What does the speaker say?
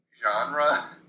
genre